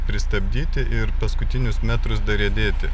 pristabdyti ir paskutinius metrus dariedėti